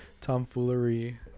Tomfoolery